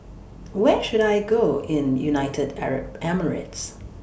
Where should I Go in United Arab Emirates